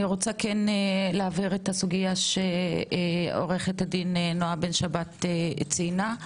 אני רוצה להבהיר את הסוגיה שעו"ד נעה בן שבת ציינה,